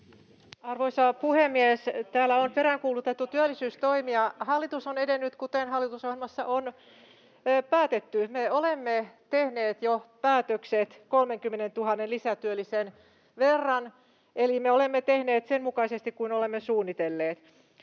Arvoisa puhemies! Täällä on peräänkuulutettu työllisyystoimia. Hallitus on edennyt kuten hallitusohjelmassa on päätetty. Me olemme jo tehneet päätökset 30 000 lisätyöllisestä, eli me olemme tehneet sen mukaisesti kuin olemme suunnitelleet.